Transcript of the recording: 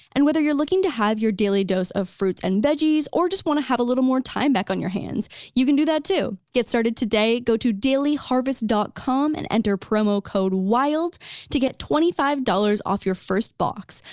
and whether you're looking to have your daily dose of fruits and veggies or just want to have a little more time back on your hands you can do that too, get started today go to daily-harvest com and enter promo code wild to get twenty five dollars off your first box,